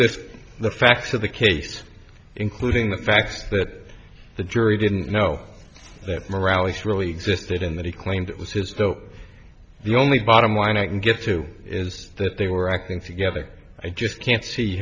this the facts of the case including the fact that the jury didn't know that morality surely existed in that he claimed it was his so the only bottom line i can get to is that they were acting together i just can't see